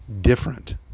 different